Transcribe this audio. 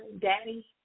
daddy